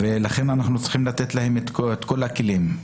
לכן, אנחנו צריכים לתת להם את כל הכלים.